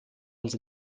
uns